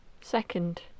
Second